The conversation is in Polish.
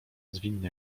zwinny